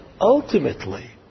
ultimately